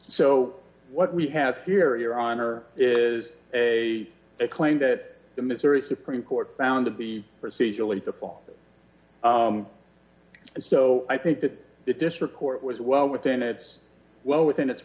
so what we have here your honor is a claim that the missouri supreme court found to be procedurally to fall and so i think that the district court was well within its well within its